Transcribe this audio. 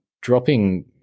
dropping